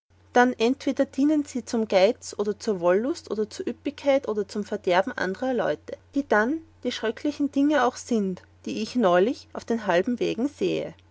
dann entweder dienen sie zum geiz oder zur wollust oder zur üppigkeit oder zum verderben anderer leute wie dann die schröckliche dinger auch sind die ich neulich auf den halben wägen sahe